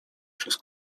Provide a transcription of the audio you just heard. przez